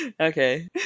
Okay